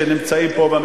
שנמצאים פה,